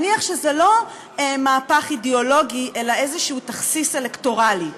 נניח שזה לא מהפך אידיאולוגי אלא תכסיס אלקטורלי כלשהו,